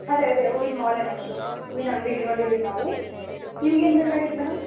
ಅದೇ ಅದೇ ಹೂವಿನ ಮಾಲೆ ನಮ್ಮದು ಹೂವಿನ ಅಂಗಡಿ ಇಟ್ಕೊಂಡು ಇದ್ದೀವಿ ನಾವು ನಿಮ್ಗೆ ಏನು ಬೇಕಾಗಿತ್ತು ಮೇಡಮ್